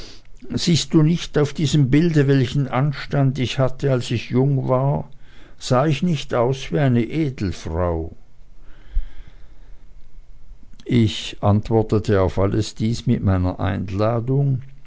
siehst du nicht auf diesem bild welchen anstand ich hatte als ich jung war sah ich nicht aus wie eine edelfrau ich antwortete auf alles dies mit meiner einladung